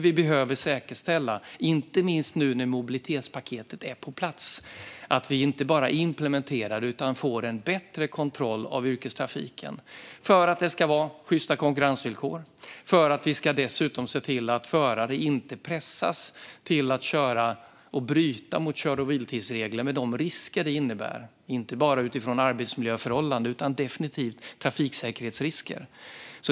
Vi behöver säkerställa, inte minst nu när mobilitetspaketet är plats, att vi inte bara implementerar det utan också får en bättre kontroll av yrkestrafiken och att det är sjysta konkurrensvillkor. Vi ska dessutom se till att förare inte pressas till att bryta mot kör och vilotidsregler med de risker det innebär, inte bara utifrån arbetsmiljöförhållanden utan definitivt också trafiksäkerhetsrisker.